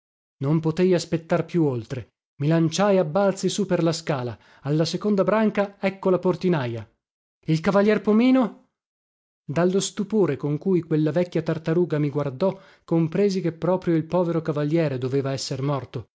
non potei aspettar più oltre mi lanciai a balzi sù per la scala alla seconda branca ecco la portinaja il cavalier pomino dallo stupore con cui quella vecchia tartaruga mi guardò compresi che proprio il povero cavaliere doveva esser morto